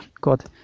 God